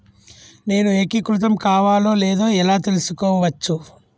నేను ఏకీకృతం కావాలో లేదో ఎలా తెలుసుకోవచ్చు?